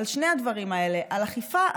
על שני הדברים האלה: על אכיפה,